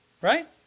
right